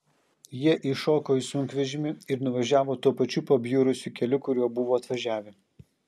jie įšoko į sunkvežimį ir nuvažiavo tuo pačiu pabjurusiu keliu kuriuo buvo atvažiavę